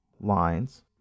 lines